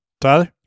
Tyler